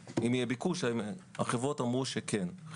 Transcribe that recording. החברות אמרו שכן.